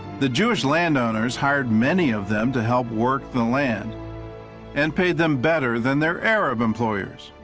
the jewish land owners hired many of them to help work the land and paid them better than their arab employers.